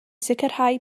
sicrhau